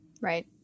Right